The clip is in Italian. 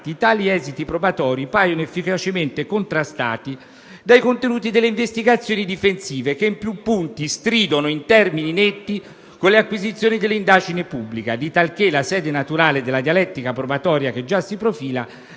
tali esiti probatori paiono efficacemente contrastati dai contenuti delle investigazioni difensive, che in più punti stridono in termini netti con le acquisizioni della indagine pubblica, in modo tale che la sede naturale della dialettica probatoria che già si profila